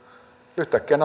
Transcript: yhtäkkiä